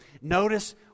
Notice